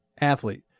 athlete